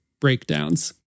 breakdowns